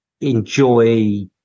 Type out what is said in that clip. enjoy